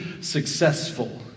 successful